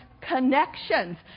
connections